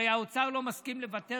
הרי האוצר לא מסכים לוותר,